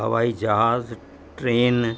हवाई जहाज़ ट्रेन